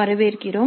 வரவேற்கிறோம்